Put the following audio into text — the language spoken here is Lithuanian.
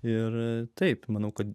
ir taip manau kad